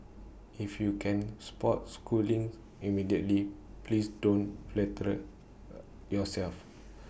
if you can spot Schoolings immediately please don't flatter A yourself